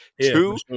Two